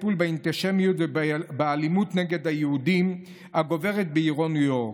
לטיפול באנטישמיות ובאלימות נגד היהודים הגוברות בעירו ניו יורק.